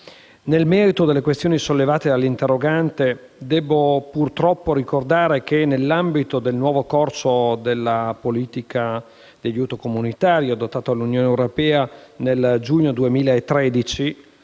Nel merito delle questioni sollevate dall'interrogante devo purtroppo ricordare che, nell'ambito del nuovo corso della politica di aiuto comunitario, adottata dall'Unione europea nel giugno 2013,